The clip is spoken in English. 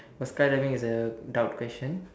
first kind learning is a doubt question